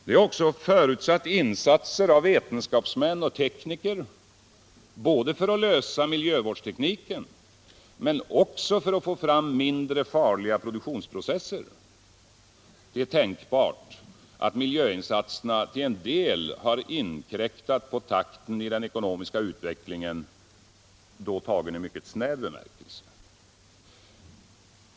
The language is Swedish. Den har också förutsatt insatser av vetenskapsmän och tekniker såväl för att lösa miljövårdstekniska problem som för att få fram mindre farliga produktionsprocesser. Det är tänkbart att miljöinsatserna till en del har inkräktat på takten iden ekonomiska utvecklingen — då tagen i mycket snäv bemärkelse.